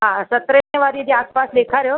हा सतरहें सैं वारी जे आसिपासि ॾेखारियो